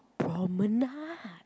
Promenade